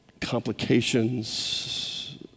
complications